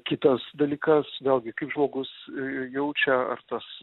kitas dalykas vėlgi kaip žmogus jaučia ar tas